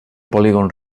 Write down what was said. polígon